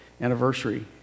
anniversary